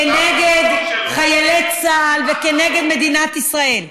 כנגד חיילי צה"ל וכנגד מדינת ישראל?